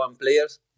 players